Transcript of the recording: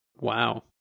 wow